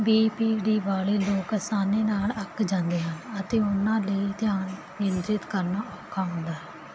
B P D ਵਾਲੇ ਲੋਕ ਆਸਾਨੀ ਨਾਲ ਅੱਕ ਜਾਂਦੇ ਹਨ ਅਤੇ ਉਹਨਾਂ ਲਈ ਧਿਆਨ ਕੇਂਦਰਿਤ ਕਰਨਾ ਔਖਾ ਹੁੰਦਾ ਹੈ